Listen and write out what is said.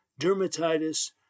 dermatitis